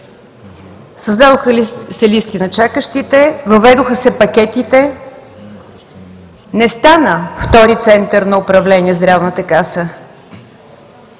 Създадоха се листи на чакащите, въведоха се пакетите. Не стана втори център на управление Здравната каса.